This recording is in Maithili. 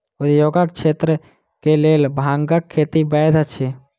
उद्योगक क्षेत्र के लेल भांगक खेती वैध अछि